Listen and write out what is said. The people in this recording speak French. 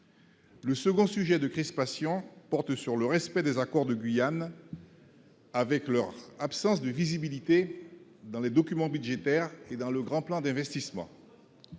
le second sujet de crispation porte sur le respect des accords de Guyane avec leur absence de visibilité dans les documents budgétaires et dans le grand plan d'investissement